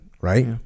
Right